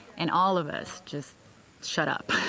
and all of us just shut up.